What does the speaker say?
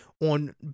on